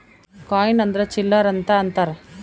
coin ಅಂದ್ರ ಚಿಲ್ಲರ್ ಅಂತ ಅಂತಾರ